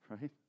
right